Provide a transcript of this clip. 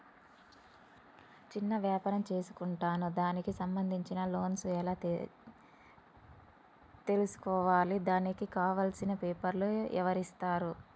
చిన్న వ్యాపారం చేసుకుంటాను దానికి సంబంధించిన లోన్స్ ఎలా తెలుసుకోవాలి దానికి కావాల్సిన పేపర్లు ఎవరిస్తారు?